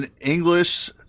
English